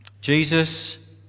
Jesus